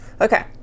Okay